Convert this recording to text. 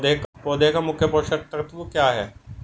पौधे का मुख्य पोषक तत्व क्या हैं?